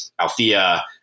althea